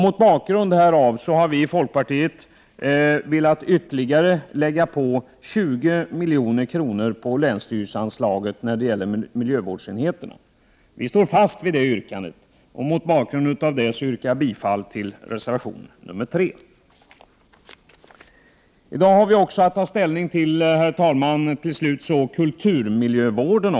Mot bakgrund härav föreslår folkpartiet ett ytterligare påslag på länsstyrelseanslaget när det gäller miljövårdsenheterna på 20 milj.kr. Vi står fast vid detta yrkande. Därmed yrkar jag bifall till reservation nr 3. Herr talman! I dag har vi att ta ställning också till frågan om kulturmiljövården.